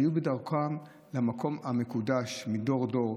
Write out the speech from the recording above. הם היו בדרכם למקום המקודש מדור דור,